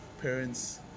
parents